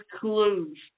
clues